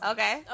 Okay